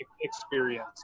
experience